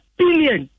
billion